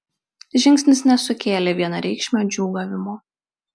žingsnis nesukėlė vienareikšmio džiūgavimo